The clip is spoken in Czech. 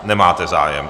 Nemáte zájem.